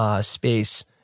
space